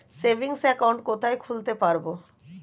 Savings account কোথায় খুলতে পারব?